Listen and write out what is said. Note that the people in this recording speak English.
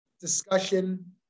discussion